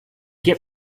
get